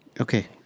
okay